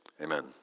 Amen